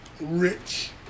rich